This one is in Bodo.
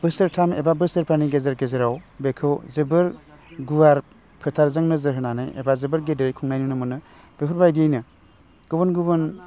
बोसोरथाम एबा बोसोरफानि गेजेर गेजेराव बेखौ जोबोर गुवार फोथारजों नोजोर होनानै एबा जोबोर गेदेरै खुंनाय नुनो मोनो बेफोरबायदियैनो गुबुन गुबुन